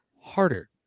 harder